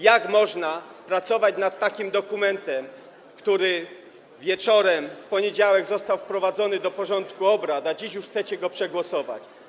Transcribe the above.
Jak można pracować nad tym dokumentem, skoro wieczorem w poniedziałek został on wprowadzony do porządku obrad, a dziś już chcecie go przegłosować?